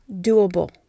doable